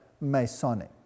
Masonic